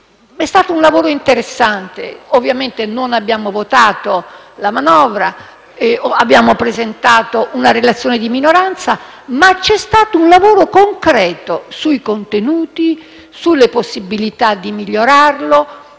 È stato un lavoro interessante - ovviamente non abbiamo votato la manovra, ma abbiamo presentato una relazione di minoranza - un lavoro concreto sui contenuti, sulle possibilità di miglioramento.